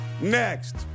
next